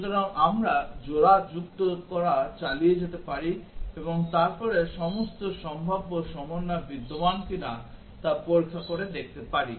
সুতরাং আমরা জোড়া যুক্ত করা চালিয়ে যেতে পারি এবং তারপরে সমস্ত সম্ভাব্য সমন্বয় বিদ্যমান কিনা তা পরীক্ষা করে দেখতে পারি